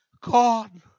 God